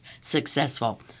successful